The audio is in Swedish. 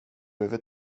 över